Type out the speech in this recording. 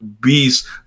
beast